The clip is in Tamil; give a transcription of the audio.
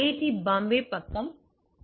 டி பம்பாய் பக்கம் ஐ